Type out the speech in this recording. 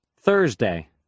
Thursday